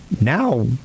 Now